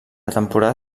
temporada